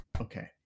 okay